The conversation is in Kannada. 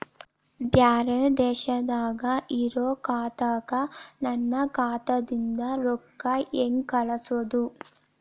ಬ್ಯಾರೆ ದೇಶದಾಗ ಇರೋ ಖಾತಾಕ್ಕ ನನ್ನ ಖಾತಾದಿಂದ ರೊಕ್ಕ ಹೆಂಗ್ ಕಳಸೋದು?